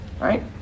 right